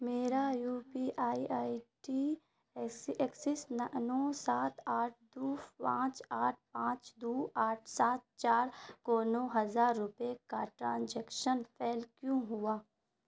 میرا U P I I T Axis نو سات آٹھ دو پانچ آٹھ پانچ دو آٹھ سات چار کو نو ہزار روپے کا ٹرانجیکشن فیل کیوں ہوا